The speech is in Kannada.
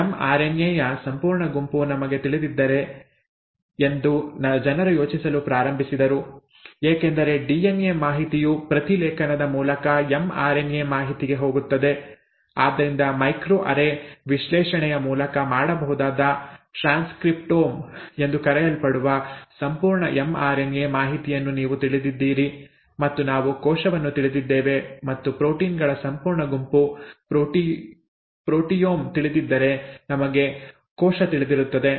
ಎಂಆರ್ಎನ್ಎ ಯ ಸಂಪೂರ್ಣ ಗುಂಪು ನಮಗೆ ತಿಳಿದಿದ್ದರೆ ಎಂದು ಜನರು ಯೋಚಿಸಲು ಪ್ರಾರಂಭಿಸಿದರು ಏಕೆಂದರೆ ಡಿಎನ್ಎ ಮಾಹಿತಿಯು ಪ್ರತಿಲೇಖನದ ಮೂಲಕ ಎಂಆರ್ಎನ್ಎ ಮಾಹಿತಿಗೆ ಹೋಗುತ್ತದೆ ಆದ್ದರಿಂದ ಮೈಕ್ರೊ ಅರೇ ವಿಶ್ಲೇಷಣೆಯ ಮೂಲಕ ಮಾಡಬಹುದಾದ ಟ್ರಾನ್ಸ್ಸ್ಕ್ರಿಪ್ಟೋಮ್ ಎಂದು ಕರೆಯಲ್ಪಡುವ ಸಂಪೂರ್ಣ ಎಂಆರ್ಎನ್ಎ ಮಾಹಿತಿಯನ್ನು ನೀವು ತಿಳಿದಿದ್ದೀರಿ ಮತ್ತು ನಾವು ಕೋಶವನ್ನು ತಿಳಿದಿದ್ದೇವೆ ಮತ್ತು ಪ್ರೋಟೀನ್ ಗಳ ಸಂಪೂರ್ಣ ಗುಂಪು ಪ್ರೋಟಿಯೋಮ್ ತಿಳಿದಿದ್ದರೆ ನಮಗೆ ಕೋಶ ತಿಳಿದಿರುತ್ತದೆ